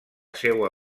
seua